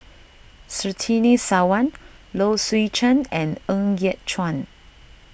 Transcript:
Surtini Sarwan Low Swee Chen and Ng Yat Chuan